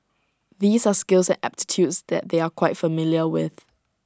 these are skills and aptitudes that they are quite familiar with